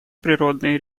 природные